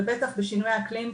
ובטח בשינוי האקלים,